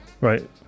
right